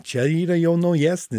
čia yra jau naujesni